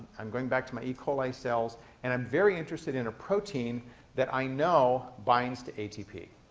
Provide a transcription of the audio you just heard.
i'm going back to my e. coli cells and i'm very interested in a protein that i know binds to atp.